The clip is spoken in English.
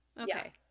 Okay